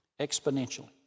exponentially